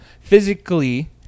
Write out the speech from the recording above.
physically